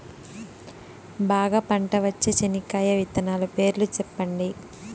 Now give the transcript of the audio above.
బాగా పంట వచ్చే చెనక్కాయ విత్తనాలు పేర్లు సెప్పండి?